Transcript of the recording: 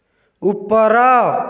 ଉପର